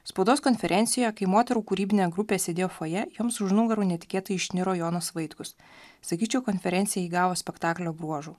spaudos konferencijoje kai moterų kūrybinė grupė sėdėjo fojė joms už nugarų netikėtai išniro jonas vaitkus sakyčiau konferencija įgavo spektaklio bruožų